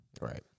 right